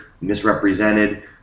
misrepresented